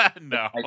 No